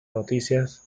noticias